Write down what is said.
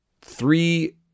three